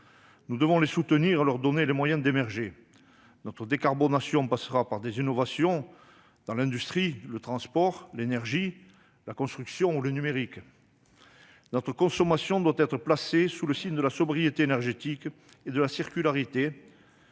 Nous devons les soutenir et faire en sorte qu'elles puissent émerger. Notre décarbonation passera par des innovations dans l'industrie, le transport, l'énergie, la construction ou le numérique. Notre consommation doit être placée sous le signe de la sobriété énergétique et de la circularité.